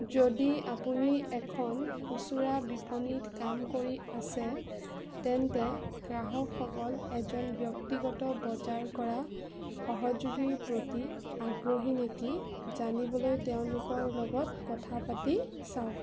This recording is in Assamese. যদি আপুনি এখন খুচুৰা বিপণীত কাম কৰি আছে তেন্তে গ্ৰাহকসকল এজন ব্যক্তিগত বজাৰ কৰা সহযোগীৰ প্ৰতি আগ্ৰহী নেকি জানিবলৈ তেওঁলোকৰ লগত কথা পাতি চাওক